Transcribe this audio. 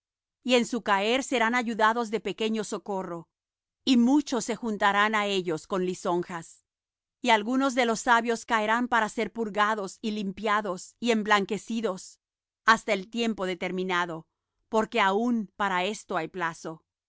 y en su caer serán ayudados de pequeño socorro y muchos se juntarán á ellos con lisonjas y algunos de los sabios caerán para ser purgados y limpiados y emblanquecidos hasta el tiempo determinado porque aun para esto hay plazo